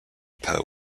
poe